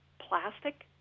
plastic